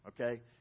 Okay